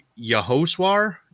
Yahoswar